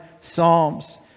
Psalms